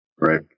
Right